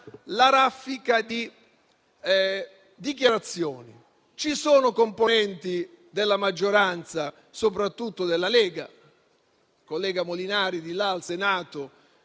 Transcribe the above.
la raffica di dichiarazioni. Ci sono componenti della maggioranza, soprattutto della Lega - il collega Molinari alla Camera